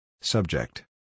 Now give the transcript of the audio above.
Subject